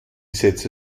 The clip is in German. sätze